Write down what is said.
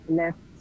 left